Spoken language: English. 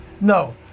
No